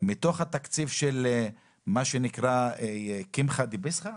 מתוך התקציב של מה שנקרא "קמחא דפסחא",